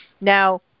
now